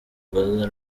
gorilla